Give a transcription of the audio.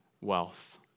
wealth